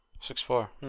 Six-four